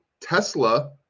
tesla